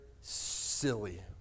silly